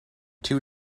two